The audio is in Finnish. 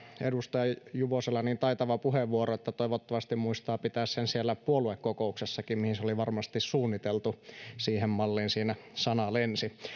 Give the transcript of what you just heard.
edustaja juvosella niin taitava puheenvuoro että toivottavasti hän muistaa pitää sen siellä puoluekokouksessakin mihin se oli varmasti suunniteltu siihen malliin siinä sana lensi